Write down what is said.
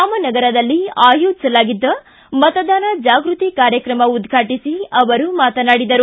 ರಾಮನಗರದ ಅಯೋಜಿಸಲಾಗಿದ್ದ ಮತದಾನ ಜಾಗೃತಿ ಕಾರ್ಯಕ್ರಮ ಉದ್ಘಾಟಿಸ್ವಿವರು ಮಾತನಾಡಿದರು